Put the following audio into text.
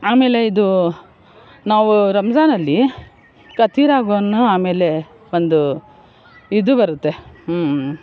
ಆಮೇಲೆ ಇದು ನಾವು ರಂಜಾನಲ್ಲಿ ಕತೀರಾವನ್ನು ಆಮೇಲೆ ಒಂದು ಇದು ಬರುತ್ತೆ